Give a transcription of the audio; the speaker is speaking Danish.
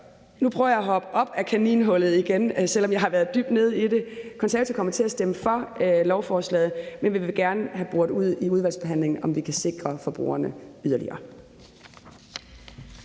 Nu prøver jeg at hoppe op af kaninhullet igen, selv om jeg har været dybt nede i det. Konservative kommer til at stemme for lovforslaget, men vi vil gerne have boret ud i udvalgsbehandlingen, om vi kan sikre forbrugerne yderligere.